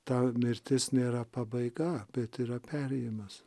ta mirtis nėra pabaiga bet yra perėjimas